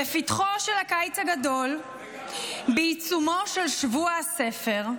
בפתחו של הקיץ הגדול, בעיצומו של שבוע הספר,